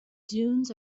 dunes